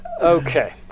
Okay